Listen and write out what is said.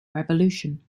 revolution